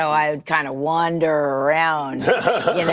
i kind of wander around.